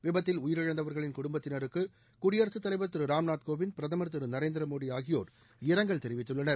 விபத்தில் உயிரிழந்தவர்களின் குடும்பத்தினருக்கு குடியரசுத் தலைவர் திரு ராம்நாத் கோவிந்த் பிரதமர் திரு நரேந்திர மோடி ஆகியோர் இரங்கல் தெரிவித்துள்ளனர்